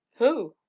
who?